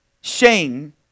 shame